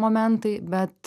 momentai bet